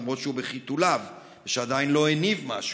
למרות שהוא בחיתוליו ועדיין לא הניב משהו,